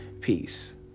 Peace